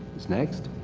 is next.